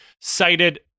cited